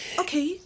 okay